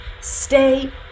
stay